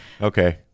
okay